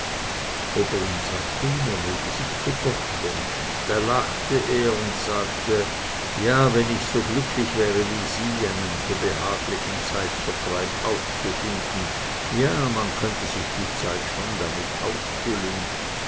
oberlin sagte ihm er möge sich zu gott wenden da lachte er und sagte ja wenn ich so glücklich wäre wie sie einen so behaglichen zeitvertreib aufzufinden ja man könnte sich die zeit schon so ausfüllen